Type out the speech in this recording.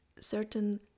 certain